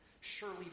Surely